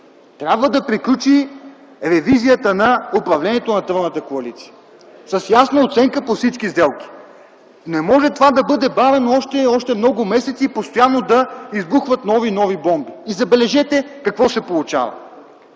трябва да приключи ревизията на управлението на тройната коалиция с ясна оценка по всички сделки. Не може това да бъде бавено още много месеци и постоянно да избухват нови и нови бомби. Забележете какво се получава: